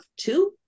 two